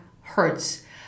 hurts